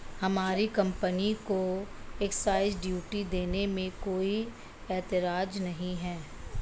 हमारी कंपनी को excise duty देने में कोई एतराज नहीं है